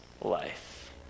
life